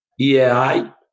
EAI